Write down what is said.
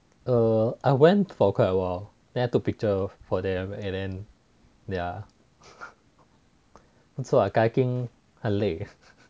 err I went for quite a while then I took picture for them and then yeah so like kayaking 很累